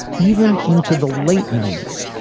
even into the late ninety s.